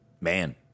Man